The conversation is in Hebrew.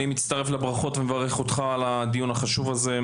אני מצטרף לברכות ומברך אותך על הדיון החשוב הזה.